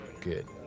Good